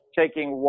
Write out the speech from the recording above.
taking